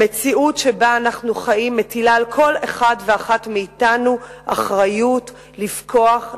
המציאות שבה אנחנו חיים מטילה על כל אחד ואחת מאתנו אחריות לפקוח עין,